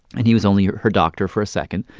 and he was only her doctor for a second.